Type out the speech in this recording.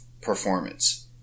performance